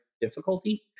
difficulty